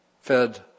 fed